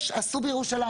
ככה עשו בירושלים,